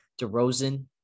DeRozan